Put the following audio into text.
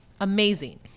amazing